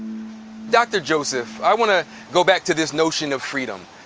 dr. joseph, i wanna go back to this notion of freedom.